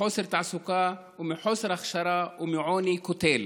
מחוסר תעסוקה, מחוסר הכשרה ומעוני קוטל,